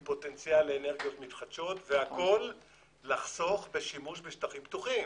לאנרגיות מתחדשות והכול כדי לחסוך בשימוש בשטחים פתוחים.